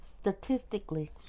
Statistically